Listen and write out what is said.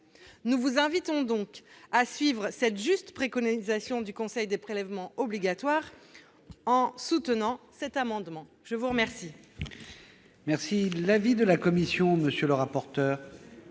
nous vous invitons donc à suivre cette juste préconisation du Conseil des prélèvements obligatoires en soutenant notre amendement ! Quel